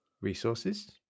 resources